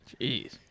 Jeez